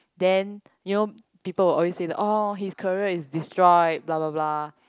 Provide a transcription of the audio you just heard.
then you know people will always say that orh his career is destroyed blah blah blah